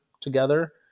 together